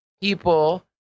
people